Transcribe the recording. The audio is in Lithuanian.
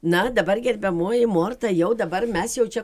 na dabar gerbiamoji morta jau dabar mes jau čia